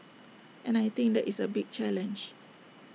and I think that is A big challenge